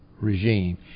regime